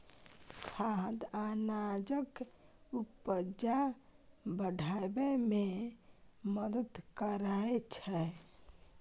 खाद अनाजक उपजा बढ़ाबै मे मदद करय छै